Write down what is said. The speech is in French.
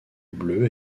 bleue